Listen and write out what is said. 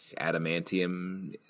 adamantium